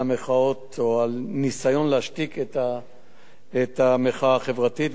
על המחאות או על הניסיון להשתיק את המחאה החברתית,